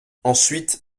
ensuite